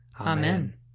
Amen